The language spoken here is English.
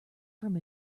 from